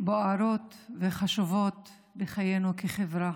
בוערות וחשובות בחיינו כחברה.